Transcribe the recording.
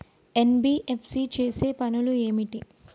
NBFC చేసే పనులు ఏమిటి?